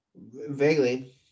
Vaguely